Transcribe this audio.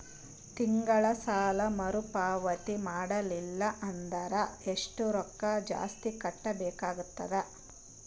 ತಿಂಗಳ ಸಾಲಾ ಮರು ಪಾವತಿ ಮಾಡಲಿಲ್ಲ ಅಂದರ ಎಷ್ಟ ರೊಕ್ಕ ಜಾಸ್ತಿ ಕಟ್ಟಬೇಕಾಗತದ?